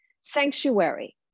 sanctuary